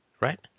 right